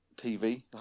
TV